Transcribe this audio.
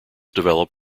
develop